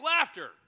laughter